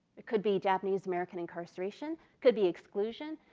could be japaneseamerican incarceration, could be exclusion,